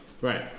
Right